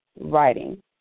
writing